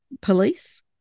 Police